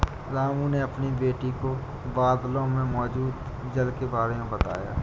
रामू ने अपनी बेटी को बादलों में मौजूद जल के बारे में बताया